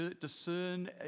discern